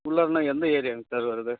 உள்ளறன்னா எந்த ஏரியாங்க சார் வருது